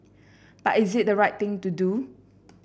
but is it the right thing to do